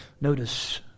notice